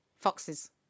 Foxes